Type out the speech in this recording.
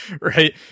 right